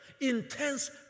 intense